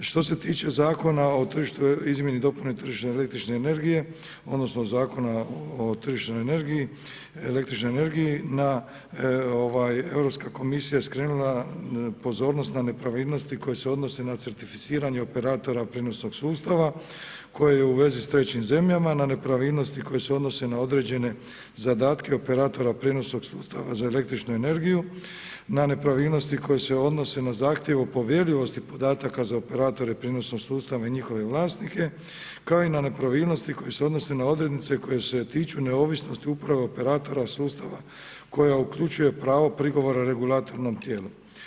Što se tiče Zakona o izmjeni i dopuni tržišta električne energije odnosno Zakona o tržišnoj energiji, električnoj energiji, na ovaj, Europska komisija skrenula pozornost na nepravilnosti koje se odnose na certificiranje operatora prijenosnog sustava koje je u vezi s trećim zemljama, na nepravilnosti koje se odnose na određene zadatke operatora prijenosnog sustava za električnu energiju, na nepravilnosti koje se odnose na zahtjev o povjerljivosti podataka za operatore prijenosnog sustava i njihove vlasnike, kao i na nepravilnosti koje se odnose na odrednice koje se tiču neovisnosti upravo operatora sustava koja uključuje pravo prigovora regulatornom tijelu.